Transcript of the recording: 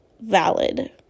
valid